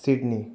Sydney